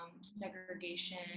segregation